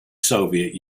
soviet